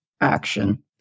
action